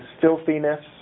filthiness